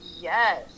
yes